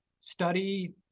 study